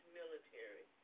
military